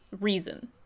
reason